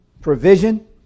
provision